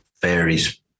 varies